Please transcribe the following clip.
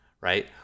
right